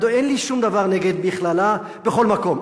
אין לי שום דבר נגד מכללה בכל מקום.